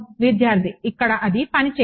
విద్యార్థి ఇక్కడ అది పని చేయదు